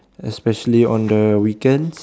especially on the weekends